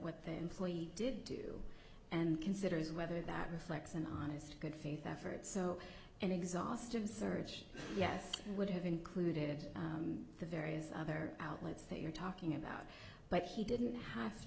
thankfully did do and considers whether that reflects an honest good faith effort so an exhaustive search yes would have included the various other outlets that you're talking about but he didn't have